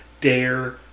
dare